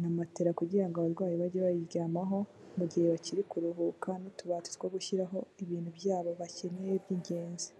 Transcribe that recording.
na matela kugirango ngo abarwayi bajye bayiryamaho mu gihe bakiri kuruhuka n'utubati two gushyiraho ibintu byabo bakeneye by'ingenzi.